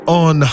on